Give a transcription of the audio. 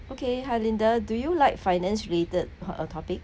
okay hi linda do you like finance related uh topic